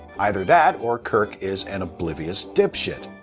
either that or kirk is an oblivious dipshit.